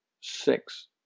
six